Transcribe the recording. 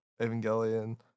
Evangelion